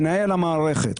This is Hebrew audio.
מנהל המערכת,